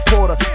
Porter